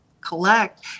collect